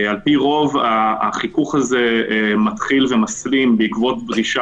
על פי רוב החיכוך הזה מתחיל ומסלים בעקבות דרישה,